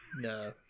No